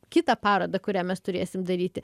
kitą parodą kurią mes turėsim daryti